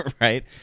right